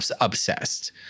obsessed